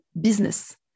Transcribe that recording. business